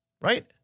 right